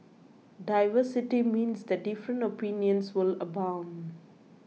diversity means that different opinions will abound